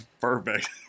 Perfect